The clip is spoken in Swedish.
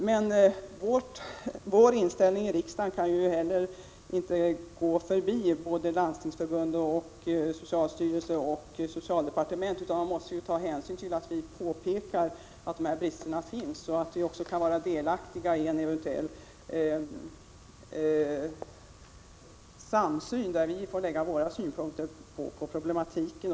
Men vi här i riksdagen kan ju inte heller gå förbi Landstingsförbundet, socialstyrelsen och socialdepartementet; de måste ta hänsyn till att vi påpekar att de här bristerna finns, och vi kan också vara delaktiga i en eventuell samsyn där vi får anlägga våra synpunkter på problematiken.